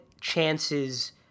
chances